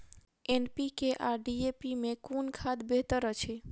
NPK आ DAP मे कुन खाद बेहतर अछि?